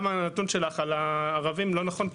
גם על הנתון שלך על הערבים לא נכון.